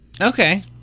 Okay